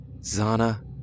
Zana